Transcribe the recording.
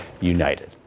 United